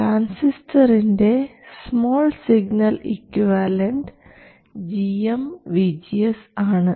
ട്രാൻസിസ്റ്ററിൻറെ small signal equivalent gmvgs ആണ്